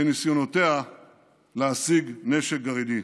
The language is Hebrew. בניסיונותיה להשיג נשק גרעיני.